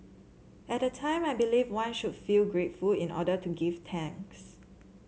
at the time I believed one should feel grateful in order to give thanks